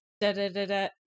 da-da-da-da